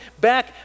back